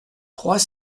trois